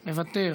מוותר,